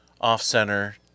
off-center